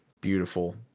beautiful